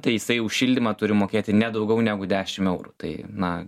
tai jisai už šildymą turi mokėti ne daugiau negu dešim eurų tai na